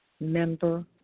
member